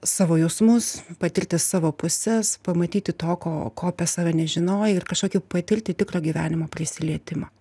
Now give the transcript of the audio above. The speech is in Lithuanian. savo jausmus patirti savo puses pamatyti to ko ko apie save nežinojai ir kažkokį patirti tikrą gyvenimo prisilietimą